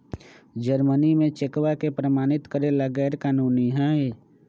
Germany में चेकवा के प्रमाणित करे ला गैर कानूनी हई